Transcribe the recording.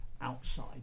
outside